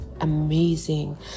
amazing